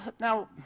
Now